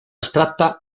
abstracta